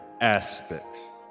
aspects